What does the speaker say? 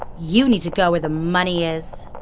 you need to go where the money is.